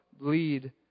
bleed